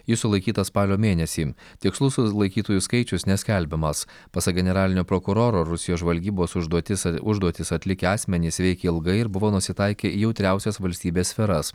jis sulaikytas spalio mėnesį tikslus sulaikytųjų skaičius neskelbiamas pasak generalinio prokuroro rusijos žvalgybos užduotis užduotis atlikę asmenys veikė ilgai ir buvo nusitaikę į jautriausias valstybės sferas